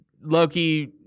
Loki